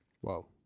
Whoa